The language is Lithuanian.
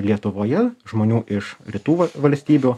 lietuvoje žmonių iš rytų valstybių